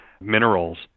minerals